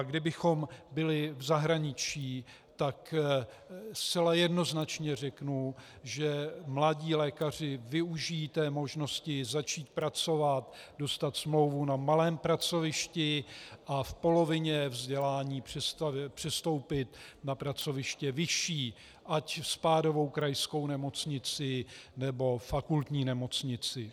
Kdybychom byli v zahraničí, tak zcela jednoznačně řeknu, že mladí lékaři využijí té možnosti začít pracovat, dostat smlouvu na malém pracovišti a v polovině vzdělání přestoupit na pracoviště vyšší, ať spádovou krajskou nemocnici, nebo fakultní nemocnici.